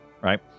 Right